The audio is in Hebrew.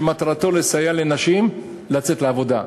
שמטרתו לסייע לנשים לצאת לעבודה.